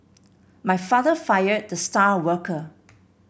my father fired the star worker